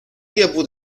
农业部